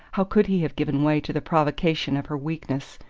how could he have given way to the provocation of her weakness,